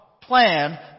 plan